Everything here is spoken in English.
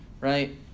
right